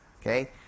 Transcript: okay